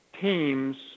teams